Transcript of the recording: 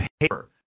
paper